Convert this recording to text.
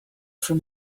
from